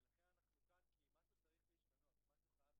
כמה היום